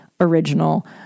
original